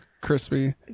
crispy